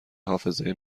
حافظه